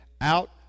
out